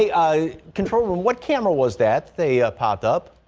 i control what camera was that they ah popped up.